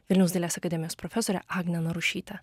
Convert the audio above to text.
vilniaus dailės akademijos profesore agne narušyte